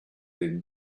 then